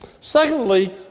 Secondly